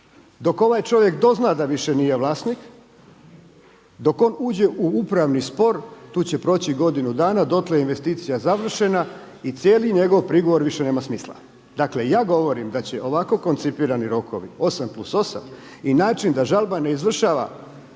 Dok ovaj čovjek dozna da više nije vlasnik, dok on uđe u upravni spor tu će proći godinu dana. Dotle je investicija završena i cijeli njegov prigovor više nema smisla. Dakle, ja govorim da će ovako koncipirani rokovi osam plus osam i način da žalba ne izvršava,